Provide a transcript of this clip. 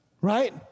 Right